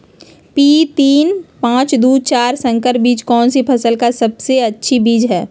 P तीन पांच दू चार संकर बीज कौन सी फसल का सबसे अच्छी बीज है?